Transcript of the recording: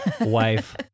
wife